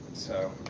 so,